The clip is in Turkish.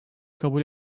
kabul